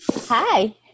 Hi